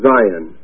Zion